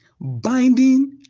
binding